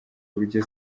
uburyo